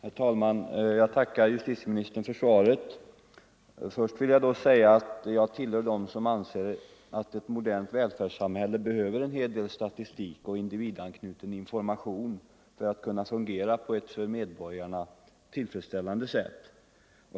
Herr talman! Jag tackar justitieministern för svaret. Jag tillhör dem som anser att ett modernt välfärdssamhälle behöver en hel del statistik och individanknuten information för att fungera på ett för medborgarna tillfredsställande sätt.